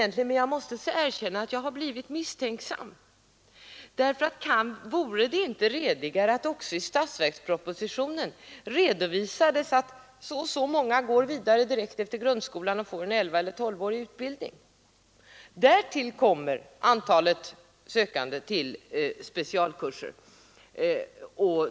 Men jag måste erkänna att jag nu har blivit misstänksam. Vore det inte redigare att också i statsverkspropositionen redovisa att så och så många går vidare direkt efter grundskolan och får en elvaeller tolvårig utbildning? Härtill kommer sedan antalet sökande till specialkurser.